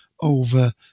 over